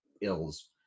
ills